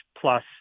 plus